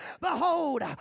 Behold